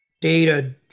data